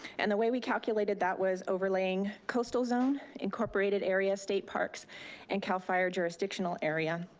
and the way we calculated that was overlaying coastal zone, incorporated area, state parks and cal fire jurisdictional area.